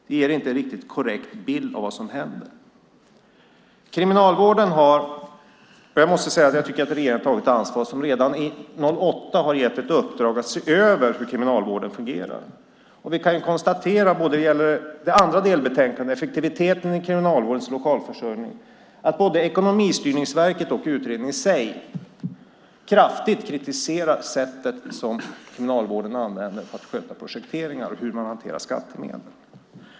Det ger inte en riktigt korrekt bild av vad som händer. Jag måste säga att jag tycker att regeringen har tagit ansvar, som redan 2008 gav uppdraget att se över hur Kriminalvården fungerar. Vi kan konstatera när det gäller det andra delbetänkandet, Effektiviteten i Kriminalvårdens lokalförsörjning , att både Ekonomistyrningsverket och utredningen i sig kraftigt kritiserat sättet som Kriminalvården använder för att sköta projekteringar och hur man hanterar skattemedel.